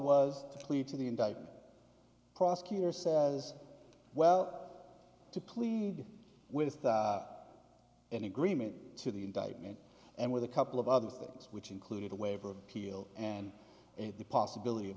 plead to the indictment prosecutor says well to plead with an agreement to the indictment and with a couple of other things which included a waiver of appeal and at the possibility of